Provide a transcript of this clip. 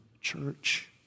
church